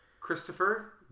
Christopher